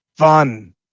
fun